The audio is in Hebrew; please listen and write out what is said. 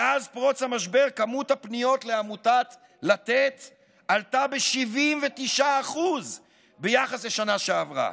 מאז פרוץ המשבר כמות הפניות לעמותת לתת עלתה ב-79% ביחס לשנה שעברה.